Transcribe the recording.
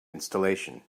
installation